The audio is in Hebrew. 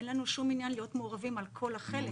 אין לנו שום עניין להיות מעורבים על כל החוק.